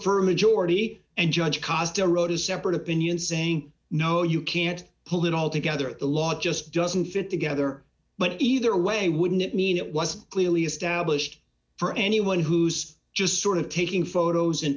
for a majority and judge caused a wrote a separate opinion saying no you can't pull it all together the law just doesn't fit together but either way wouldn't it mean it was clearly established for anyone who's just sort of taking photos and